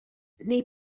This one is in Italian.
nei